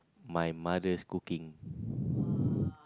my mother's cooking